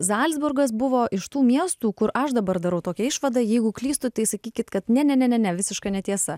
zalcburgas buvo iš tų miestų kur aš dabar darau tokią išvadą jeigu klystu tai sakykit kad ne ne ne ne ne visiška netiesa